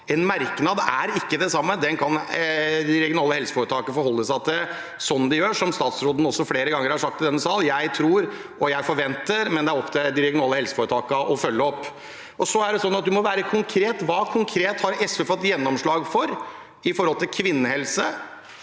merknad er ikke det samme. Den kan de regionale helseforetakene forholde seg til slik de gjør. Som statsråden også har sagt flere ganger i denne sal: Jeg tror, og jeg forventer, men det er opp til de regionale helseforetakene å følge opp. Man må være konkret, så hva konkret har SV fått gjennomslag for når det gjelder kvinnehelse?